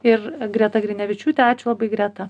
ir greta grinevičiūtė ačiū labai greta